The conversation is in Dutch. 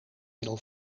middel